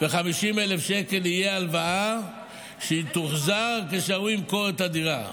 ו-50,000 שקל יהיה הלוואה שתוחזר כשהוא ימכור את הדירה.